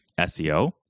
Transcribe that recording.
seo